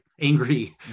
angry